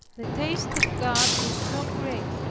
the taste of god was so great,